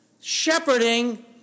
Shepherding